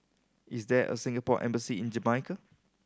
is there a Singapore Embassy in Jamaica